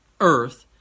Earth